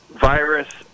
virus